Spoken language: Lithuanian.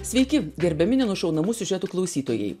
sveiki gerbiami neužšaunamų siužetų klausytojai